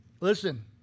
Listen